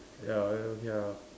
ya then okay ah